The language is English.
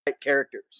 characters